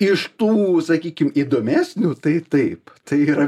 iš tų sakykim įdomesnių tai taip tai yra